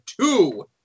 two